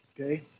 Okay